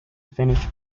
finnish